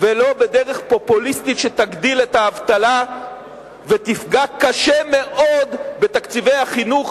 ולא בדרך פופוליסטית שתגדיל את האבטלה ותפגע קשה מאוד בתקציבי החינוך,